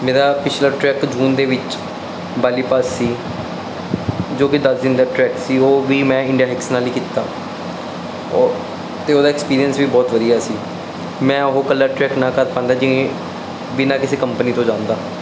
ਮੇਰਾ ਪਿਛਲਾ ਟਰੈਕ ਜੂਨ ਦੇ ਵਿੱਚ ਬਾਲੀਪਾਸ ਸੀ ਜੋ ਕਿ ਦਸ ਦਿਨ ਦਾ ਟਰੈਕ ਸੀ ਉਹ ਵੀ ਮੈਂ ਇੰਡੀਆ ਹਾਈਕਸ ਨਾਲ ਹੀ ਕੀਤਾ ਉਹ ਅਤੇ ਉਹਦਾ ਐਕਸਪੀਰੀਅੰਸ ਵੀ ਬਹੁਤ ਵਧੀਆ ਸੀ ਮੈਂ ਉਹ ਇਕੱਲਾ ਟਰੈਕ ਨਾ ਕਰ ਪਾਉਂਦਾ ਜੇ ਬਿਨਾਂ ਕਿਸੇ ਕੰਪਨੀ ਤੋਂ ਜਾਂਦਾ